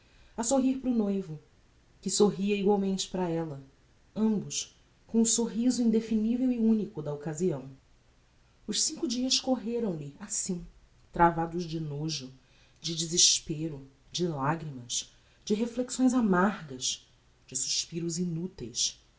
a sorrir para o noivo que sorria igualmente para ella ambos com o sorriso indefinivel e unico da occasião os cinco dias correram lhe assim travados de enojo de desespero de lagrimas de reflexões amargas de suspiros inuteis